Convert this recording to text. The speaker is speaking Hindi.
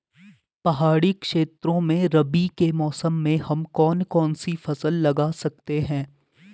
पहाड़ी क्षेत्रों में रबी के मौसम में हम कौन कौन सी फसल लगा सकते हैं?